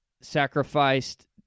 sacrificed